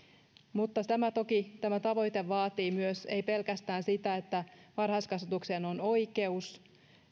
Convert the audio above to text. mutta toki tämä tavoite ei vaadi pelkästään sitä että varhaiskasvatukseen on oikeus vaan